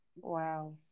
Wow